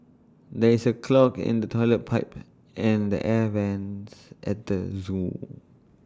there is A clog in the Toilet Pipe and the air Vents at the Zoo